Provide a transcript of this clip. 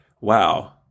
wow